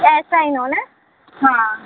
S આઇનો ને હા